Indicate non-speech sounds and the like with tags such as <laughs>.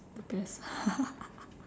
the best <laughs>